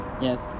yes